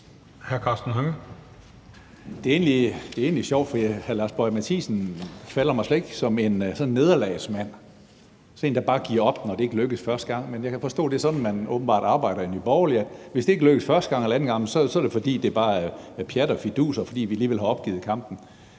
Det er egentlig sjovt, for hr. Lars Boje Mathiesen slår mig slet ikke som sådan en nederlagsmand, altså sådan en, der bare giver op, når det ikke lykkes første gang. Men jeg kan forstå, at det åbenbart er sådan, man arbejder i Nye Borgerlige, i forhold til at hvis det ikke lykkes første gang eller anden gang, er det, fordi det bare er pjat og fidus, og fordi man alligevel har opgivet kampen.